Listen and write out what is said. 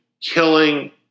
killing